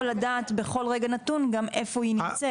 לדעת בכל רגע נתון גם איפה היא נמצאת.